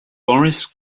boris